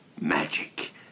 magic